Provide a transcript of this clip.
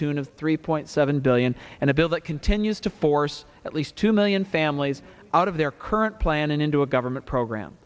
tune of three point seven billion and a bill that continues to force at least two million families out of their current plan and into a government program